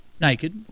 Naked